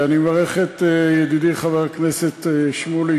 אני מברך את ידידי חבר הכנסת שמולי,